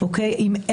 או עשה מעשה שיש